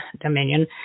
Dominion